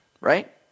Right